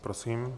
Prosím.